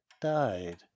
died